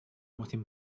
musim